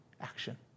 action